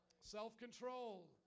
Self-control